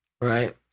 right